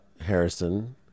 Harrison